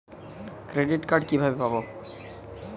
Credit card কিভাবে পাব?